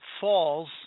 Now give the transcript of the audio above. falls